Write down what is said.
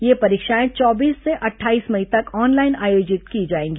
ये परीक्षाएं चौबीस से अट्ठाईस मई तक ऑनलाइन आयोजित की जाएगी